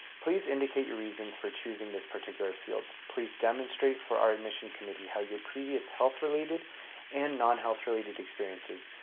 please indicate your reasons for choosing this particular field. please demonstrate for our admission committee how your previous health-related and non-health related experiences,